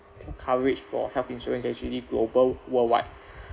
coverage for health insurance is actually global worldwide